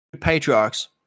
patriarchs